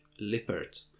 Lippert